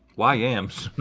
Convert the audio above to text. why yams?